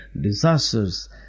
disasters